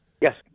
yes